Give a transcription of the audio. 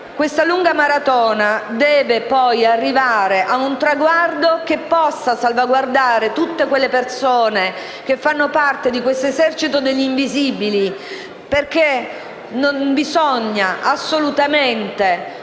Questa lunga maratona dovrà portare ad un traguardo che possa salvaguardare tutte le persone che fanno parte di questo esercito degli invisibili, perché bisogna assolutamente